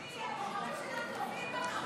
תאמיני לי, הבוחרים שלך צופים בך עכשיו.